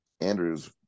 Andrew's